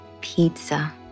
pizza